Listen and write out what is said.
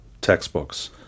textbooks